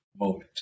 moment